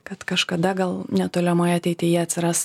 kad kažkada gal netolimoje ateityje atsiras